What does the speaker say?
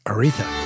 Aretha